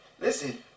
Listen